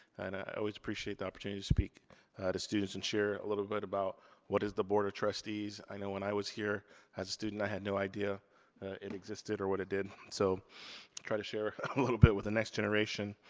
and i always appreciate the opportunity to speak to students and share a little bit about what is the board of trustees? i know when i was here as a student i had no idea it existed, or what it did. i so try to share a little bit with the next generation.